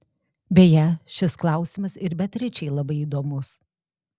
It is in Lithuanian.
beje šis klausimas ir beatričei labai įdomus